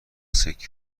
سکه